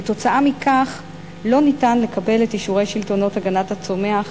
כתוצאה מכך לא ניתן לקבל את אישורי שלטונות הגנת הצומח